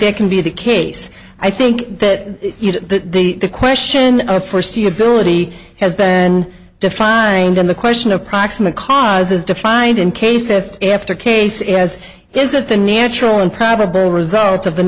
it can be the case i think that the the the question of foreseeability has been defined in the question of proximate cause is defined in cases after case as is it the natural and probable result of the